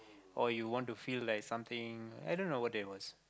or you want to feel like something i don't know what that was